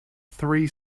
three